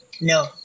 No